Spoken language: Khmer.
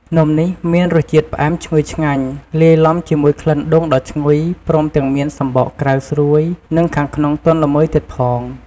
នំនេះមានរសជាតិផ្អែមឈ្ងុយឆ្ងាញ់ លាយឡំជាមួយក្លិនដូងដ៏ឈ្ងុយ ព្រមទាំងមានសំបកក្រៅស្រួយ និងខាងក្នុងទន់ល្មើយទៀតផង។